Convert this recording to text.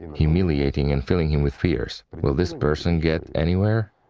humiliating and filling him with fears. but will this person get anywhere?